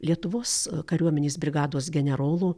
lietuvos kariuomenės brigados generolo